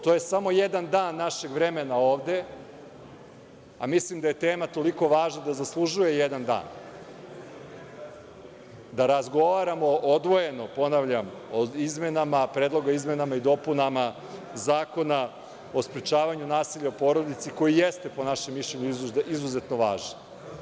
To je samo jedan dan našeg vremena ovde, a mislim da je tema toliko važna da zaslužuje jedan dan, da razgovaramo odvojeno, ponavljam, o Predlogu o izmenama i dopunama Zakona o sprečavanju nasilja u porodici, koji jeste, po našem mišljenju, izuzetno važan.